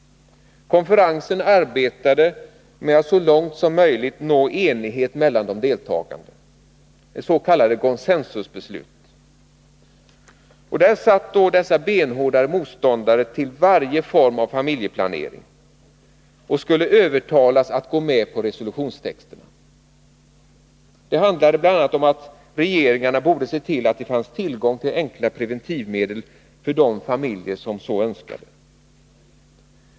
Konferensen arbetade med att så långt som möjligt nå enighet mellan de deltagande, s.k. consensusbeslut. Där satt då dessa benhårda motståndare till varje form av familjeplanering och skulle övertalas att gå med på resolutionstexterna. Det handlade bl.a. om att regeringarna borde se till att det fanns tillgång till enkla preventivmedel för de familjer som så önskade.